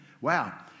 Wow